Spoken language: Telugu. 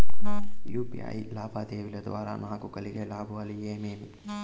యు.పి.ఐ లావాదేవీల ద్వారా నాకు కలిగే లాభాలు ఏమేమీ?